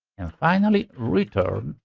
finally, return,